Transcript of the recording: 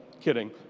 Kidding